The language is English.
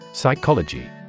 Psychology